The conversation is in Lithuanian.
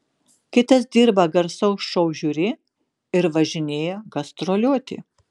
kitas dirba garsaus šou žiuri ir važinėja gastroliuoti